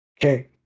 Okay